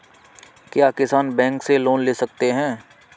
क्या किसान बैंक से लोन ले सकते हैं?